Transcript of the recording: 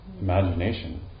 imagination